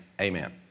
amen